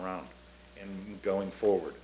around and going forward